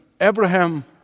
Abraham